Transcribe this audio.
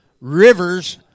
Rivers